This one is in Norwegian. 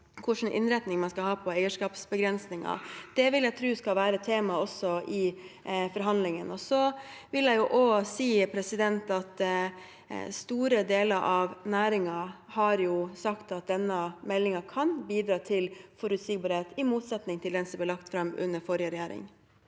hvilken innretning man skal ha på eierskapsbegrensningen. Det vil jeg tro skal være tema også i forhandlingene. Jeg vil også si at store deler av næringen har sagt at denne meldingen kan bidra til forutsigbarhet – i motsetning til den som ble lagt fram fra den forrige regjeringen.